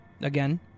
Again